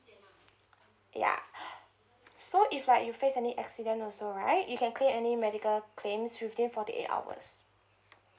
ya so if like you face any accident also right you can claim any medical claims within forty eight hours